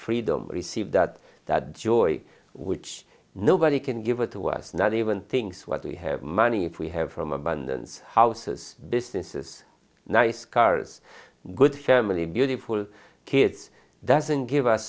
freedom received that that joy which nobody can give it to us not even things what we have money if we have from abundance houses businesses nice cars good family beautiful kids doesn't give us